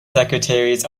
secretaries